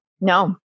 No